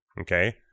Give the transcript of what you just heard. okay